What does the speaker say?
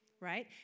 right